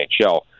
NHL